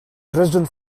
dresden